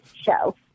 show